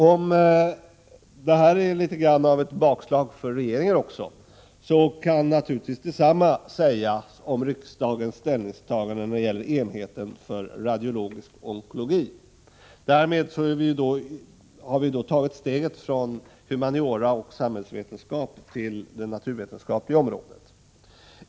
Om detta är litet av ett bakslag också för regeringen, kan naturligtvis detsamma sägas om behandlingen av enheten för radiologisk onkologi. Därmed har vi tagit steget från humaniora och samhällsvetenskap till det naturvetenskapliga området.